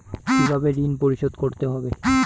কিভাবে ঋণ পরিশোধ করতে হবে?